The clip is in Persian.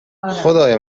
خدای